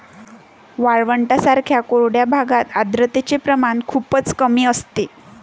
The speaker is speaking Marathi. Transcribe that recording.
वाळवंटांसारख्या कोरड्या भागात आर्द्रतेचे प्रमाण खूपच कमी असते